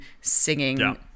singing